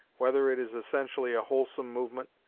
whether it is essentially a wholesome movement,